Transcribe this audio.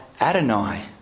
Adonai